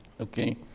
Okay